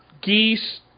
geese